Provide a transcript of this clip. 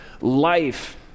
life